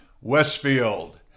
Westfield